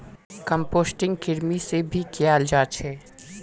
composting कृमि से भी कियाल जा छे